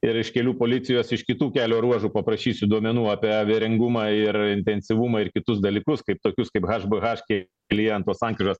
ir iš kelių policijos iš kitų kelio ruožų paprašysiu duomenų apie averingumą ir intensyvumą ir kitus dalykus kaip tokius kaip hbh kliento sankryžos